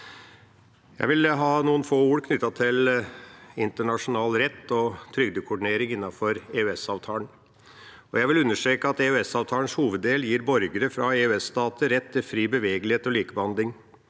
Jeg vil knytte noen få ord til internasjonal rett og trygdekoordinering innenfor EØS-avtalen. Jeg vil understreke at EØS-avtalens hoveddel gir borgere fra EØS-stater rett til fri bevegelighet og likebehandling.